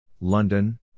London